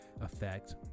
effect